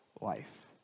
life